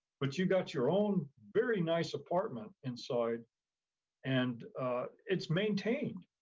but you've got your own very nice apartment inside and it's maintained.